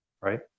right